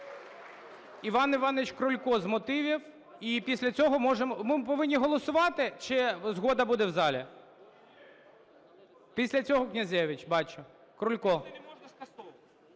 Іван Іванович Крулько - з мотивів. І після цього можемо… Ми повинні голосувати чи згода буде в залі? Після цього - Князевич. Бачу. Крулько.